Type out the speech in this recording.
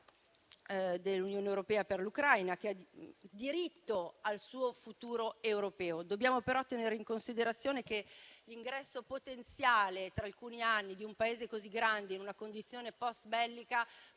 dell'Unione europea per l'Ucraina, che ha diritto al suo futuro europeo. Dobbiamo però tenere in considerazione che l'ingresso potenziale tra alcuni anni di un Paese così grande in una condizione post bellica